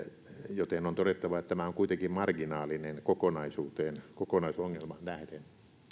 joten on todettava että tämä on kuitenkin marginaalinen kokonaisuuteen kokonaisongelmaan nähden